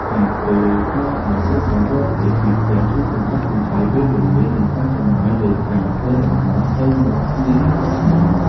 ការធ្វើការឱ្យក្រុមហ៊ុនបរទេសពីផ្ទះជួយសន្សំសំចៃពេលវេលា និងការចំណាយលើការធ្វើដំណើរទៅមកជារៀងរាល់ថ្ងៃ។